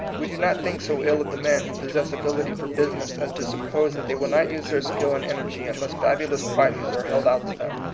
we do not think so ill of the men who pos sess ability for business as to suppose that they will not use their skill and energy unless fabulous prizes are held out to them.